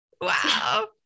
wow